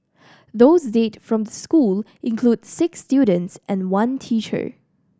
those dead from the school include six students and one teacher